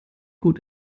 gut